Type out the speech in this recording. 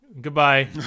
goodbye